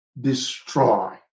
destroy